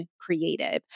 creative